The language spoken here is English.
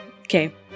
okay